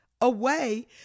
Away